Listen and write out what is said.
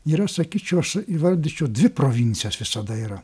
yra sakyčiau aš įvardyčiau dvi provincijos visada yra